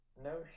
No